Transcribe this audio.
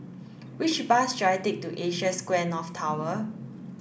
which bus should I take to Asia Square North Tower